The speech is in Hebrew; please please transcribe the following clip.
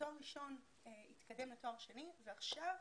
תואר ראשון התקדם לתואר שני ועכשיו,